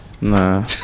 nah